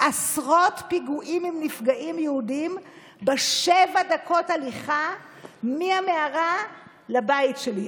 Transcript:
עשרות פיגועים עם נפגעים יהודים בשבע דקות הליכה מהמערה לבית שלי.